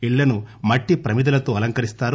ఇళ్లను మట్టి ప్రమిదలతో అలంకరిస్తారు